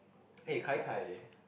eh kai kai eh